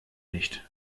nicht